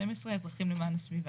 אזרחים למען הסביבה.